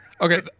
Okay